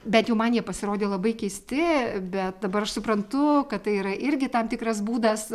bent jau man jie pasirodė labai keisti bet dabar aš suprantu kad tai yra irgi tam tikras būdas